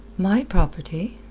my property?